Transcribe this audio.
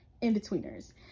in-betweeners